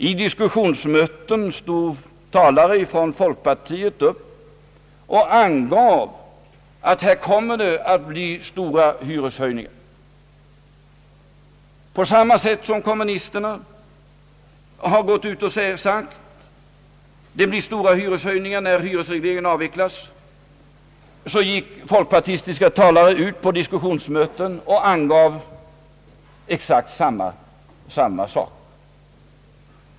I diskussionsmöten stod talare från folkpartiet upp och angav att det kommer att bli stora hyreshöjningar. På samma sätt som kommunisterna har gått ut och sagt att det blir stora hyreshöjningar när hyresregleringen avvecklas, gick folkpartistiska talare på diskussionsmöten och framförde exakt samma argument.